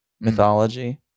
mythology